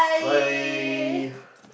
bye